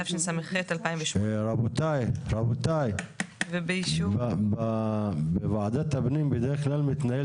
תשס"ח-2008 ובאישור ועדת הפנים והגנת